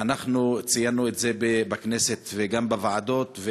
אנחנו ציינו את זה בכנסת וגם בוועדות,